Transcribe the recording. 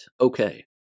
Okay